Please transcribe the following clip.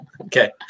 Okay